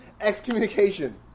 excommunication